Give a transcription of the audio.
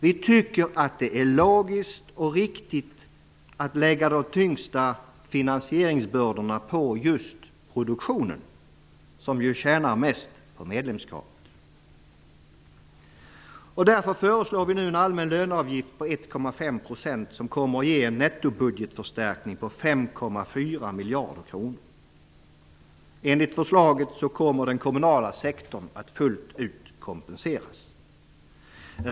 Vi tycker att det är logiskt och riktigt att lägga de tyngsta finansieringsbördorna på just produktionen som ju tjänar mest på medlemskapet. Därför föreslår vi nu en allmän löneavgift på 1,5 % som kommer att ge en nettobudgetförstärkning på 5,4 miljarder kronor. Enligt förslaget kommer den kommunala sektorn att fullt ut kompenseras.